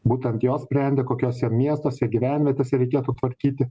būtent jos sprendė kokiuose miestuose gyvenvietėse reikėtų tvarkyti